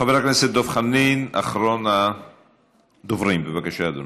חבר הכנסת דב חנין, אחרון הדוברים, בבקשה, אדוני.